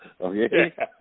okay